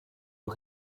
aux